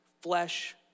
flesh